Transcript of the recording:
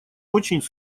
очень